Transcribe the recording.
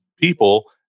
people